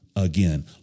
Again